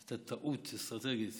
נעשתה טעות אסטרטגית